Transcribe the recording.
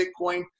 Bitcoin